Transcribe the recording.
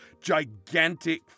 gigantic